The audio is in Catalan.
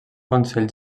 consell